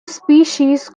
species